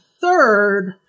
third